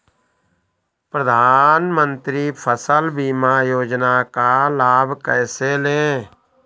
प्रधानमंत्री फसल बीमा योजना का लाभ कैसे लें?